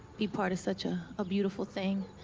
be part of such a a beautiful thing.